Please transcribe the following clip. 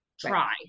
try